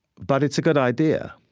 but it's a good idea.